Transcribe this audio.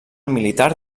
militar